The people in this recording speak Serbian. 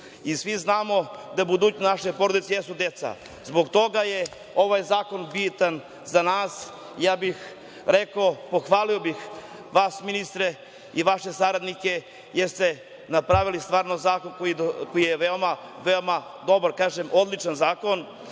Svi znamo da budućnost naše porodice jesu deca. Zbog toga je ovaj zakon bitan za nas. Pohvalio bih vas ministre i vaše saradnike jer ste napravili zakon koji je veoma dobar, odličan zakon,